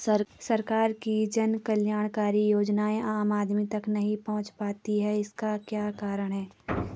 सरकार की जन कल्याणकारी योजनाएँ आम आदमी तक नहीं पहुंच पाती हैं इसका क्या कारण है?